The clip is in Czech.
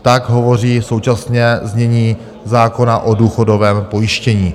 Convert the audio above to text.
Tak hovoří současné znění zákona o důchodovém pojištění.